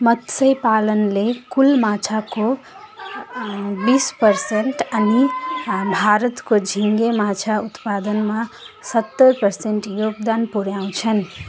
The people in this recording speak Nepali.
मत्स्यपालनले कुल माछाको बिस पर्सेन्ट अनि भारतको झिँगे माछा उत्पादनमा सत्तर पर्सेन्ट योगदान पुर्याउँछन्